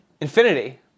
infinity